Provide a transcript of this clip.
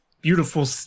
beautiful